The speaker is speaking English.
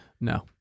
No